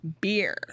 beer